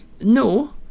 no